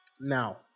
Now